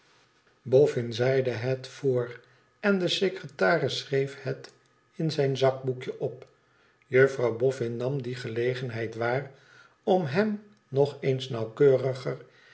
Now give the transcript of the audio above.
zeide het voor en de secretaris schreef het in zijn zakboekje op jnoqw boffin nam die gelegenheid waar om hem nog eens nauwkeuriger